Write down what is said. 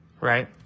Right